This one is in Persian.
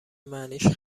معنیش